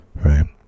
Right